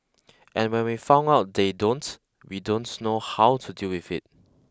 and when we found out they don't we don't know how to deal with it